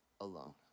alone